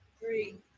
Three